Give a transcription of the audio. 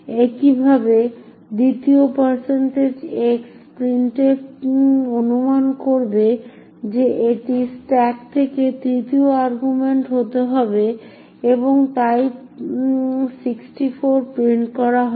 একইভাবে দ্বিতীয় x printf অনুমান করবে যে এটি স্ট্যাক থেকে তৃতীয় আর্গুমেন্ট হতে হবে এবং তাই 64 প্রিন্ট করা হবে